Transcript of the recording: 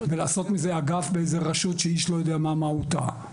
ולעשות מזה אגף באיזו רשות שאיש לא יודע מהי מהותה.